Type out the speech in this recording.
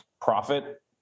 profit